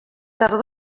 tardor